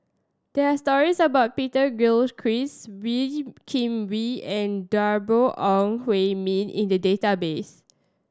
there are stories about Peter Gilchrist Wee Kim Wee and Deborah Ong Hui Min in the database